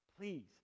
Please